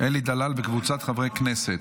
אלי דלל וקבוצת חברי הכנסת,